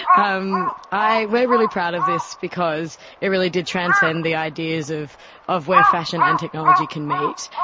um i, we're really proud of this, because it really did transcend the ideas of of where fashion and technology can meet.